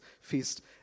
feast